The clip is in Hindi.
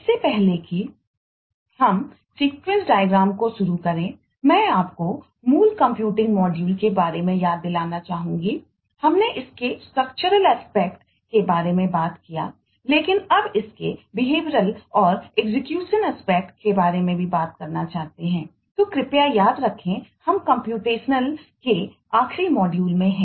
इससे पहले कि हम सीक्वेंस डायग्राम है